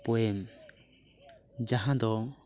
ᱯᱳᱭᱮᱢ ᱡᱟᱦᱟᱸ ᱫᱚ